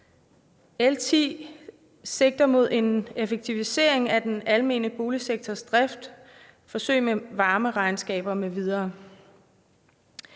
L 10 sigter mod effektivisering af den almene boligsektors drift, forsøg med varmeregnskaber m.v.